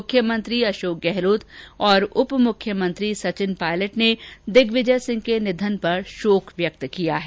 मुख्यमंत्री अशोक गहलोत और उप मुख्यमंत्री सचिन पायलट ने दिग्विजय सिंह के निधन पर शोक व्यक्त किया है